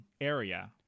area